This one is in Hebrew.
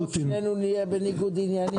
בסוף שנינו נהיה בניגוד עניינים.